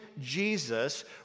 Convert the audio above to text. Jesus